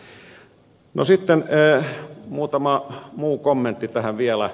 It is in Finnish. no sitten muutama muu kommentti tähän vielä